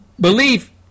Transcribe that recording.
belief